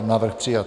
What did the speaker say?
Návrh přijat.